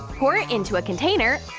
pour it into a container.